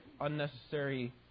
unnecessary